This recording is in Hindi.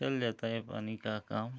चल जाता है पानी का काम